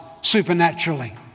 supernaturally